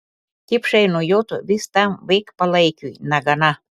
kipšai nujotų vis tam vaikpalaikiui negana